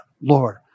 Lord